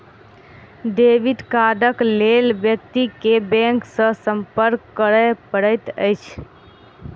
debit कार्डक लेल व्यक्ति के बैंक सॅ संपर्क करय पड़ैत अछि